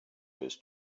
his